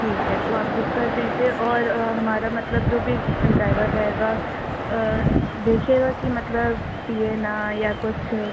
ठीक है तो आप बुक कर दीजिए और हमारा मतलब जो भी ड्राइवर रहेगा देखिएगा कि मतलब पिए ना या कुछ